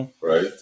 right